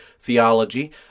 theology